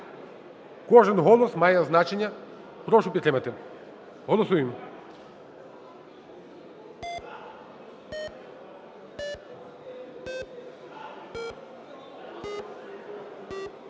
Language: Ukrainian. Кожен голос має значення. Прошу підтримати. Голосуємо.